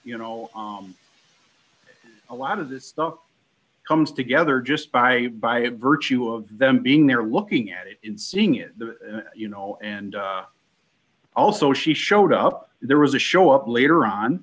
you know a lot of this stuff comes together just by by virtue of them being there looking at it in seeing it you know and also she showed up there was a show up later on